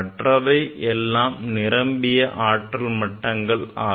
மற்றவை எல்லாம் நிரம்பிய ஆற்றல் மட்டங்கள் ஆகும்